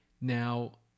Now